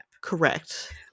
Correct